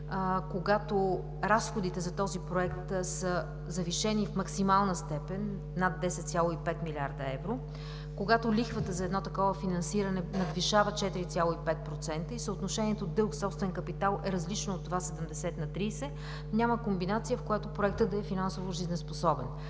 когато разходите за този Проект са завишени в максимална степен – над 10,5 млрд. евро, когато лихвата за такова финансиране надвишава 4,5% и съотношението дълг към собствен капитал е различно от 70 към 30, няма комбинация, в която Проектът да е финансово жизнеспособен.